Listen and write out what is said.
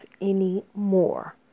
anymore